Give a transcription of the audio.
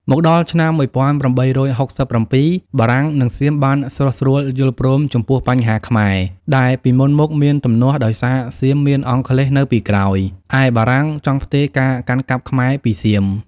មកដល់ឆ្នាំ១៨៦៧ បារាំងនិងសៀមបានស្រុះស្រួលយល់ព្រមចំពោះបញ្ហាខ្មែរដែល ពីមុនមកមានទំនាស់ ដោយសារសៀមមានអង់គ្លេសនៅពីក្រោយ ឯបារាំងចង់ផ្ទេរការកាន់កាប់ខ្មែរពីសៀម។